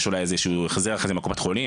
יש אולי איזשהו החזר מקופת חולים,